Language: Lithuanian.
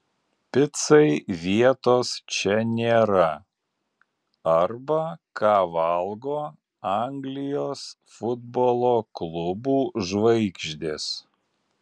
picai vietos čia nėra arba ką valgo anglijos futbolo klubų žvaigždės